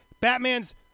Batman's